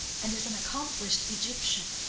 and is an accomplished egyptian.